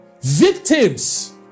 victims